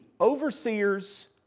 overseers